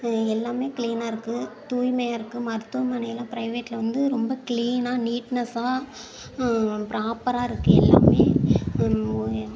எல்லாமே க்ளீனாக இருக்குது தூய்மையாக இருக்குது மருத்துவமனையில் ப்ரைவேட்டில் வந்து ரொம்ப க்ளீனாக நீட்னஸாக ப்ராப்பராக இருக்குது எல்லாமே